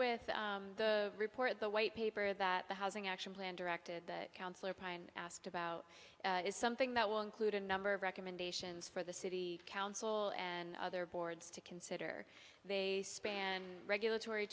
with the report the white paper that the housing action plan directed counselor pi and asked about is something that will include a number of recommendations for the city council and other boards to consider they span regulatory